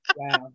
Wow